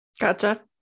Gotcha